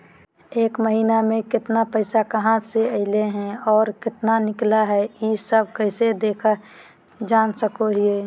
एक महीना में केतना पैसा कहा से अयले है और केतना निकले हैं, ई सब कैसे देख जान सको हियय?